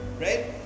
right